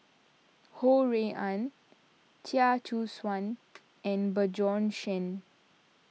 Ho Rui An Chia Choo Suan and Bjorn Shen